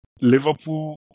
Liverpool